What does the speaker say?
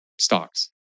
stocks